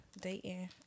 dating